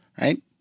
right